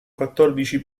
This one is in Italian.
quattordici